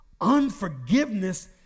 Unforgiveness